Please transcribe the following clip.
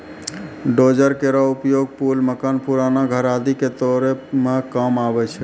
dozer केरो उपयोग पुल, मकान, पुराना घर आदि क तोरै म काम आवै छै